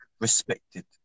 respected